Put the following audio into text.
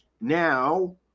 Now